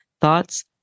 thoughts